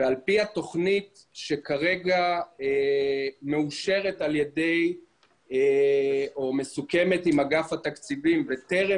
ועל פי התוכנית שכרגע מסוכמת עם אגף התקציבים וטרם